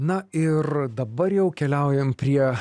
na ir dabar jau keliaujam prie